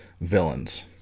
villains